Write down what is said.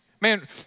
Man